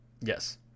Yes